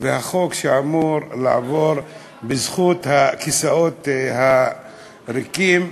והחוק שאמור לעבור בזכות הכיסאות הריקים.